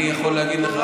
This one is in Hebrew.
אני יכול להגיד לך,